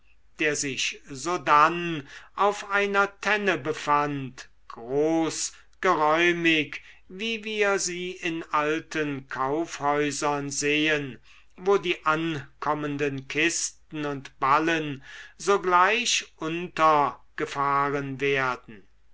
der sich sodann auf einer tenne befand groß geräumig wie wir sie in alten kaufhäusern sehen wo die ankommenden kisten und ballen sogleich untergefahren werden